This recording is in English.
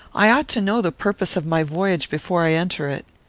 i ought to know the purpose of my voyage before i enter it.